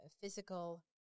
physical